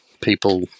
people